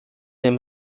dem